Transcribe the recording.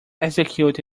execute